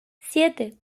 siete